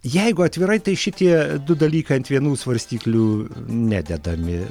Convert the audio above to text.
jeigu atvirai tai šitie du dalykai ant vienų svarstyklių nededami